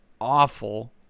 awful